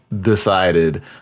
decided